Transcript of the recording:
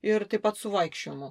ir taip pat su vaikščiojimu